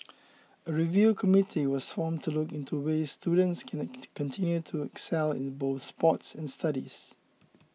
a review committee was formed to look into ways students can continue to excel in both sports and studies